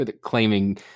claiming